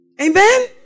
Amen